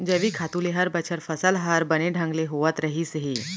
जैविक खातू ले हर बछर फसल हर बने ढंग ले होवत रहिस हे